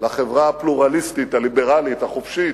לחברה הפלורליסטית הליברלית החופשית,